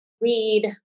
weed